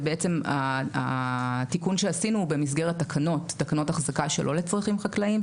ובעצם התיקון שעשינו הוא במסגרת תקנות החזקה שלא לצרכים חקלאיים,